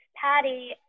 Patty